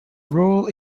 rural